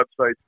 websites